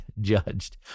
judged